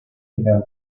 final